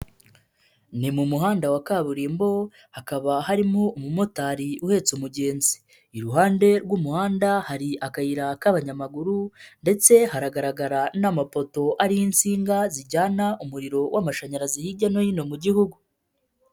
Ni mu muhanda wa kaburimbo hakaba harimo umumotari uhetse umugenzi, iruhande rw'umuhanda hari akayira k'abanyamaguru ndetse haragaragara n'amapoto ari insinga zijyana umuriro w'amashanyarazi hirya no hino mu gihugu.